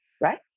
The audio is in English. right